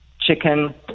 chicken